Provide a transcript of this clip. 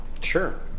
Sure